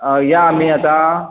या आमी आतां